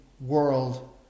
world